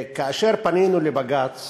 כאשר פנינו לבג"ץ